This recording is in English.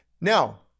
Now